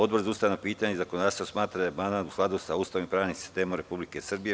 Odbor za ustavna pitanja i zakonodavstvo smatra da je amandman u skladu sa Ustavom i pravnim sistemom Republike Srbije.